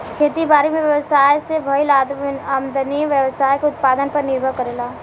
खेती बारी में व्यवसाय से भईल आमदनी व्यवसाय के उत्पादन पर निर्भर करेला